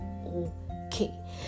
okay